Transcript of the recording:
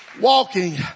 walking